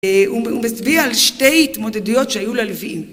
הוא מסביר על שתי התמודדויות שהיו ללווין.